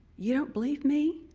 you don't believe me?